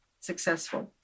successful